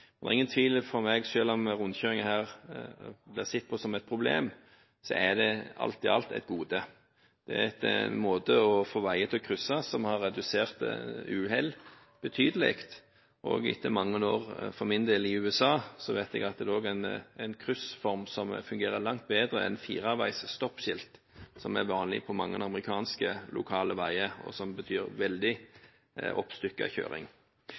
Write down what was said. Det er ingen tvil for meg, selv om rundkjøringer her blir sett på som et problem, at det alt i alt er et gode. Det er en måte å få veier til å krysses på, som har redusert antallet uhell betydelig, og etter mange år i USA vet jeg også at det er en kryssform som fungerer langt bedre enn fireveis stoppskilt, som er vanlig på mange amerikanske lokale veier, og som betyr veldig